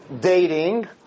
dating